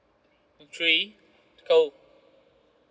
three go